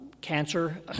cancer